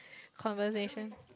conversation